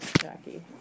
Jackie